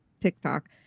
TikTok